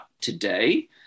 today